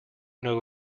know